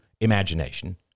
imagination